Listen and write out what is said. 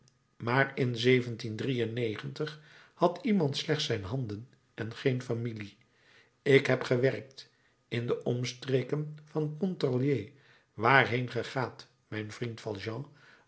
maar in had iemand slechts zijn handen en geen familie ik heb gewerkt in de omstreken van pontarlier waarheen ge gaat vriend